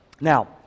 Now